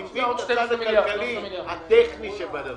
אני מבין את הצד הכלכלי הטכני שבדבר,